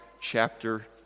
chapter